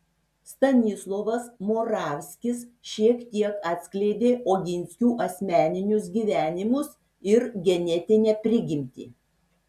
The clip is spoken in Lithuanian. stanislovas moravskis šiek tiek atskleidė oginskių asmeninius gyvenimus ir genetinę prigimtį